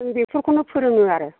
उन्दैफोरखौनो फोरोङो आरो